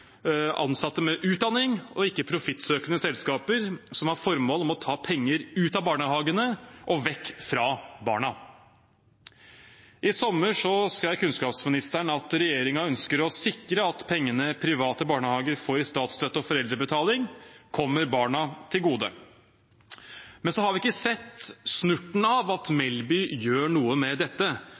ansatte med utdanning og ikke profittsøkende selskaper som har som formål å ta penger ut av barnehagene og vekk fra barna. I sommer skrev kunnskapsministeren at regjeringen ønsker å sikre at pengene private barnehager får i statsstøtte og foreldrebetaling, kommer barna til gode. Men vi har ikke sett snurten av at Melby gjør noe med dette.